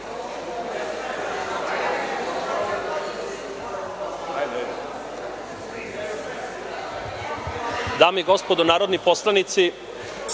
Dame i gospodo narodni poslanici,